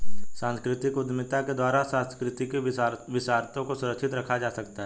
सांस्कृतिक उद्यमिता के द्वारा सांस्कृतिक विरासतों को सुरक्षित रखा जा सकता है